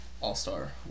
all-star